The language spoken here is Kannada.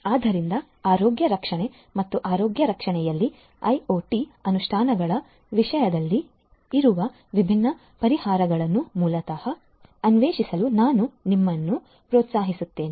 ಆದ್ದರಿಂದ ಆರೋಗ್ಯ ರಕ್ಷಣೆ ಮತ್ತು ಆರೋಗ್ಯ ರಕ್ಷಣೆಯಲ್ಲಿ ಐಒಟಿ ಅನುಷ್ಠಾನಗಳ ವಿಷಯದಲ್ಲಿ ಇರುವ ವಿಭಿನ್ನ ಪರಿಹಾರಗಳನ್ನು ಮೂಲತಃ ಅನ್ವೇಷಿಸಲು ನಾನು ನಿಮ್ಮನ್ನು ಪ್ರೋತ್ಸಾಹಿಸುತ್ತೇನೆ